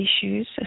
issues